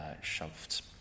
shoved